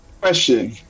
Question